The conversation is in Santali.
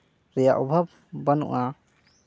ᱨᱮᱭᱟᱜ ᱚᱵᱷᱟᱵᱽ ᱵᱟᱹᱱᱩᱜᱼᱟ